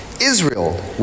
Israel